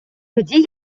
тоді